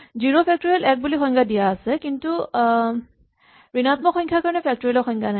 zero factorial এক বুলি সংজ্ঞা দিয়া আছে আনহাতে ঋণাত্মক সংখ্যাৰ কাৰণে ফেক্টৰিয়েল ৰ সংজ্ঞা নাই